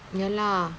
ya lah